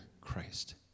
Christ